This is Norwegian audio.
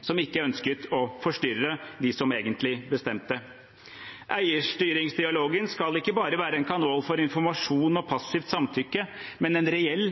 som ikke ønsket å forstyrre dem som egentlig bestemte, ikke på sovesal 1, men i generalforsamlingen. Eierstyringsdialogen skal ikke bare være en kanal for informasjon og passivt samtykke, men en reell